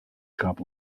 grab